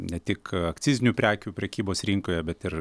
ne tik akcizinių prekių prekybos rinkoje bet ir